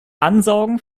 ansaugen